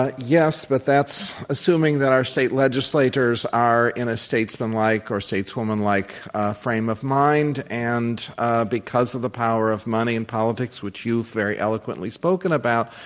ah yes, but that's assuming that our state legislators are in a statesman-like or states woman-like frame of mind. and because of the power of money in politics, which you've very eloquently spoken about,